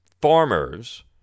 farmers